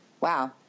Wow